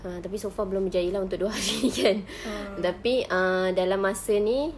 ah tapi so far belum berjaya lah untuk dua hari ini kan tapi ah dalam masa ini